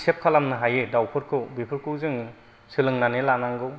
safe खालामनो हायो दाउफोरखौ बेफोरखौ जोङो सोलोंनानै लानांगौ